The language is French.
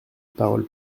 parole